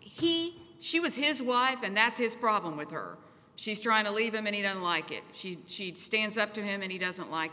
he she was his wife and that's his problem with her she's trying to leave him many don't like it she she stands up to him and he doesn't like